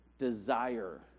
desire